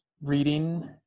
reading